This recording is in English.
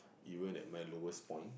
even at my lowest point